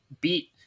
beat